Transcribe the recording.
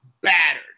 battered